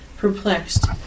perplexed